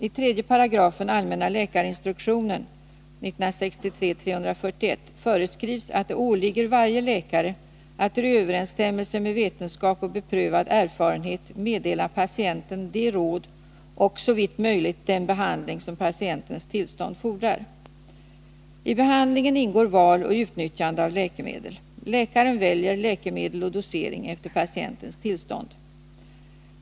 I 3§ allmänna läkarinstruktionen föreskrivs att det åligger varje läkare att i överensstämmelse med vetenskap och beprövad erfarenhet meddela patienten de råd och, såvitt möjligt, den behandling som patientens tillstånd fordrar. I behandlingen ingår val och utnyttjande av läkemedel. Läkaren väljer läkemedel och dosering efter patientens tillstånd.